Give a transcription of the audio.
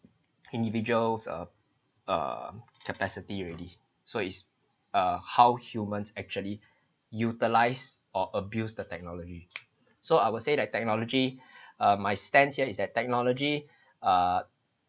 individuals uh uh capacity already so it's err how humans actually utilize or abuse the technology so I would say that technology uh my stance here is that technology uh